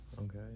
okay